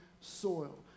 soil